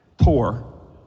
poor